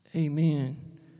amen